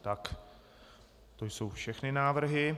Tak to jsou všechny návrhy.